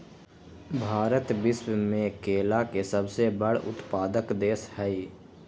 भारत विश्व में केला के सबसे बड़ उत्पादक देश हई